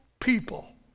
people